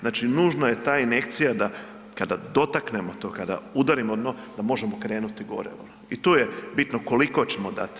Znači, nužno je ta injekcija da kada dotaknemo to, kada udarimo o dno da možemo krenuti gore ono i tu je bitno koliko ćemo dati.